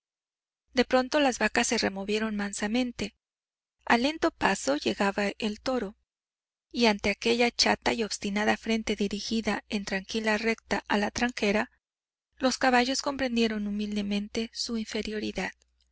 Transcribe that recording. de pronto las vacas se removieron mansamente a lento paso llegaba el toro y ante aquella chata y obstinada frente dirigida en tranquila recta a la tranquera los caballos comprendieron humildemente su inferioridad